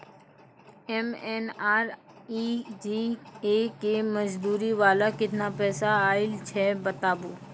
MNREGA के मज़दूरी वाला केतना पैसा आयल छै बताबू?